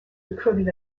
recruited